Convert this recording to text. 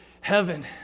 heaven